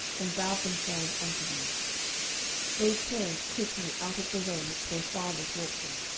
and bowed themselves unto them they turned quickly out of the way which their fathers walked in,